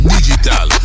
Digital